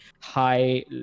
high